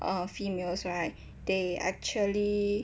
uh females right they actually